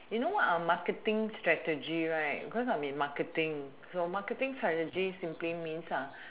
you know what are marketing strategy right because I am in marketing so marketing strategy simply means